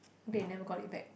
glad you never got it back